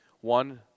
One